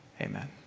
Amen